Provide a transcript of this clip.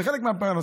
זה חלק מהפרנסה,